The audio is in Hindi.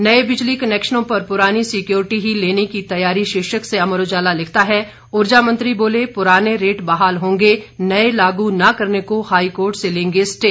नए बिजली कनेक्शनों पर पुरानी सिक्योरिटी ही लेने की तैयारी शीर्षक से अमर उजाला लिखता है ऊर्जा मंत्री बोले पुराने रेट बहाल होंगे नए लागू न करने को हाईकोर्ट से लेंगे स्टे